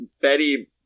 Betty